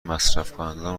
مصرفکنندگان